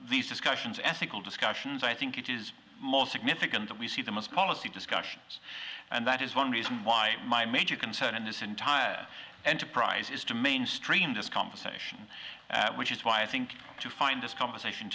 these discussions ethical discussions i think it is most significant that we see the most policy discussions and that is one reason why my major concern in this entire enterprise is to mainstream this conversation which is why i think to find this conversation